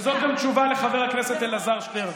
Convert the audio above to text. וזאת גם תשובה לחבר הכנסת אלעזר שטרן